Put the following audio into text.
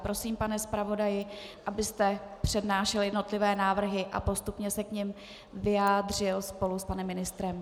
Prosím, pane zpravodaji, abyste přednášel jednotlivé návrhy a postupně se k nim vyjádřil spolu s panem ministrem.